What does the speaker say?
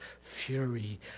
fury